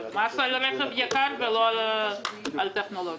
זה מס על רכב יקר ולא על טכנולוגיה.